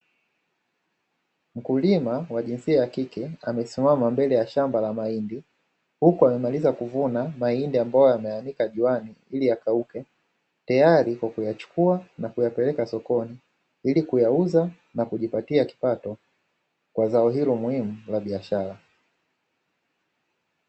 Mkulima wa jinsia ya kike amesimama mbele ya shamba la mahindi, huku amemaliza kuvuna mahindi ambayo ameyanika juani ili yakauke tayari kwa kuyachukua na kuyapeleka sokoni, ili kuyauza na kujipatia kipato kwa zao hilo muhimu la biashara.